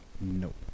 Nope